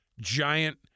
giant